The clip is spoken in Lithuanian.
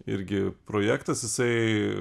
irgi projektas jisai